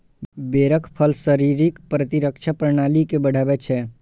बेरक फल शरीरक प्रतिरक्षा प्रणाली के बढ़ाबै छै